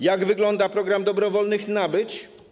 Jak wygląda program dobrowolnych nabyć?